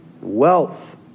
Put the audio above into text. wealth